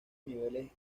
niveles